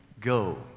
go